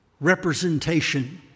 representation